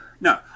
no